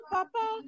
Papa